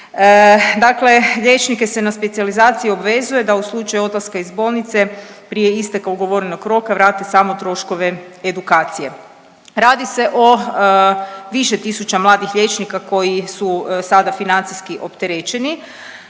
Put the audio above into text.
Dakle, liječnike se na specijalizaciji obvezuje da u slučaju odlaska iz bolnice prije isteka ugovorenog roka vrate samo troškove edukacije. Radi se o više tisuća mladih liječnika koji su sada financijski opterećeni,